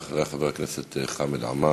ואחריה, חבר הכנסת חמד עמאר.